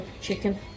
chicken